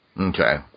Okay